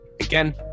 Again